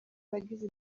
abagize